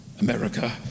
America